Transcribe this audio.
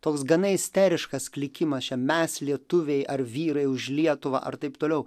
toks gana isteriškas klykimas čia mes lietuviai ar vyrai už lietuvą ar taip toliau